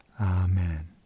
Amen